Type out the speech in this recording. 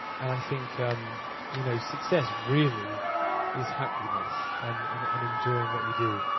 and i think you know success really is happiness, and and and enjoying what you do.